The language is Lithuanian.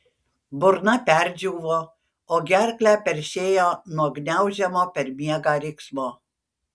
burna perdžiūvo o gerklę peršėjo nuo gniaužiamo per miegą riksmo